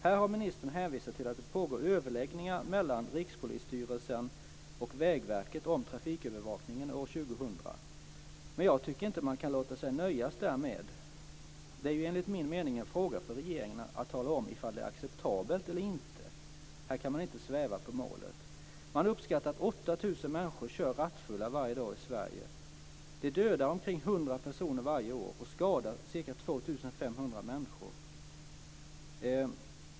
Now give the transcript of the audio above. Här har ministern hänvisat till att det pågår överläggningar mellan Rikspolisstyrelsen och Vägverket om trafikövervakningen år 2000. Men jag tycker inte att man kan låta sig nöja därmed. Det är enligt min mening en fråga för regeringen att tala om ifall det är acceptabelt eller inte. Här kan man inte sväva på målet. Man uppskattar att 8 000 människor kör rattfulla varje dag i Sverige. De dödar omkring 100 personer varje år och skadar ca 2 500 människor.